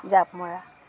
জাঁপ মৰা